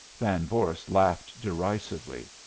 van vorst laughed derisively.